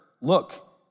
Look